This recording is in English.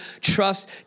trust